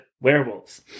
werewolves